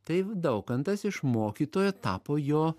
tai daukantas iš mokytojo tapo jo